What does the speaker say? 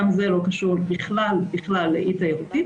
גם זה לא קשור בכלל בכלל לאי תיירותי,